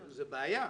זו בעיה.